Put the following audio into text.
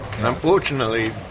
Unfortunately